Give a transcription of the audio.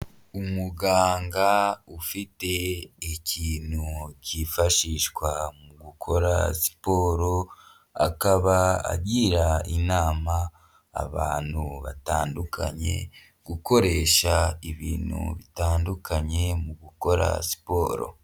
Umuganga ufite ikintu cyifashishwa mu gukora siporo. Akaba agira inama abantu batandukanye gukoresha ibintu bitandukanye mu gukora siporo.